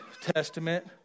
Testament